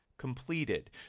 completed